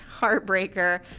heartbreaker